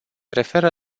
referă